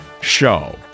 show